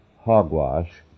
Hogwash